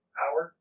power